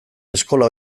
eskola